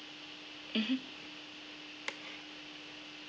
mmhmm